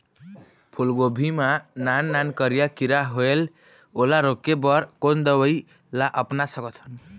फूलगोभी मा नान नान करिया किरा होयेल ओला रोके बर कोन दवई ला अपना सकथन?